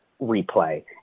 replay